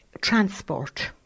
transport